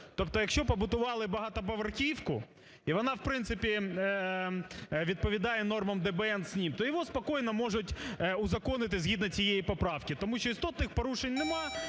Тобто, якщо побудували багатоповерхівку, і вона в принципі відповідає нормам ДБН, СНиП, то його спокійно можуть узаконити згідно цієї поправки. Тому що істотних порушень немає.